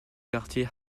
quartier